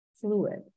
fluid